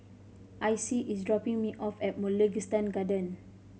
Icey is dropping me off at Mugliston Garden